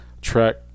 track